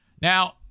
Now